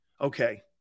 Okay